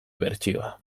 bertsioa